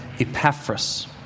Epaphras